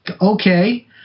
okay